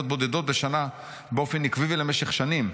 בודדות בשנה באופן עקיב ובמשך שנים,